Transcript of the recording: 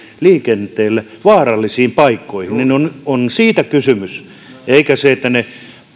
liikenteelle vaarallisiin paikkoihin ja on siitä kysymys eikä siitä että ne